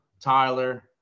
Tyler